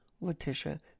Letitia